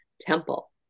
temple